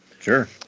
Sure